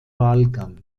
wahlgang